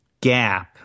gap